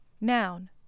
Noun